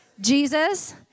Jesus